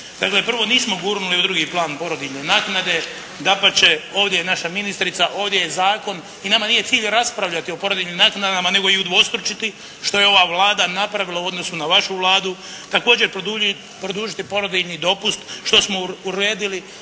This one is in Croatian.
Dakle prvo. Nismo gurnuli u drugi plan porodiljne naknade. Dapače, ovdje je naša ministrica, ovdje je zakon i nama nije cilj raspravljati o porodiljnim naknadama nego ih udvostručiti što je ova Vlada napravila u odnosu na vašu Vladu. Također produžiti porodiljni dopust, što smo uredili.